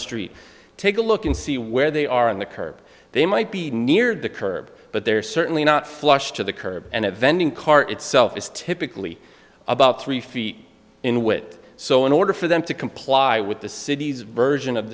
street take a look and see where they are on the curb they might be near the curb but they're certainly not flushed to the curb and a vending car itself is typically about three feet in wit so in order for them to comply with the city's version of